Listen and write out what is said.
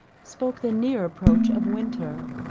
spoke the near approach of winter.